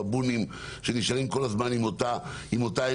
בבונים שנשארים כל הזמן עם אותה אמונה,